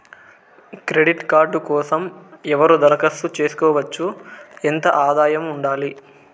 Credit card కోసం ఎవరు దరఖాస్తు చేసుకోవచ్చు? ఎంత ఆదాయం ఉండాలి?